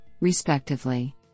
respectively